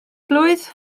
blwydd